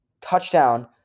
touchdown